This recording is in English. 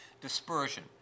dispersion